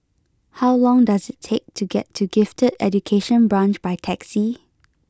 how long does it take to get to Gifted Education Branch by taxi